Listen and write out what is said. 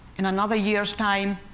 in another year's time,